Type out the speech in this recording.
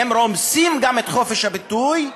הם רומסים גם את חופש הביטוי.